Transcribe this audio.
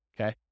okay